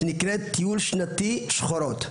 קבוצה תחת השם: ״טיול שנתי שחורות״.